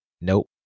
Nope